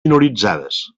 minoritzades